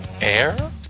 air